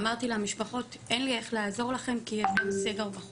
אמרתי למשפחות אין לי איך לעזור לכם כי יש סגר גם בחוץ.